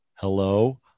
Hello